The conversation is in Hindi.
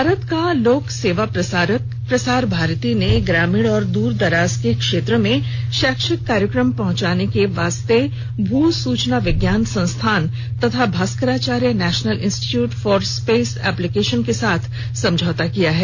भारत का लोक सेवा प्रसारक प्रसार भारती ने ग्रामीण और दूरदराज के क्षेत्र में शैक्षिक कार्यक्रम पहुंचाने के लिए भू सूचना विज्ञान संस्थान तथा Bhaskaracharya National Institute for Space Application के साथ समझौता किया है